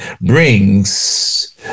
brings